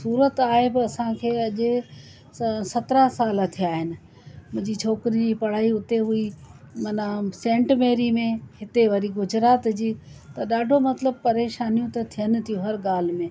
सूरत आहे बि असांखे अॼु स सत्रहां साल थिया आहिनि मुंहिंजी छोकिरी पढ़ाई हुते हुई माना सैंटमैरी में हिते वरी गुजरात जी त ॾाढो मतलबु परेशानियूं त थियनि थियूं हर ॻाल्हि में